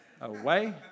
away